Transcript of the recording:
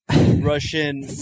Russian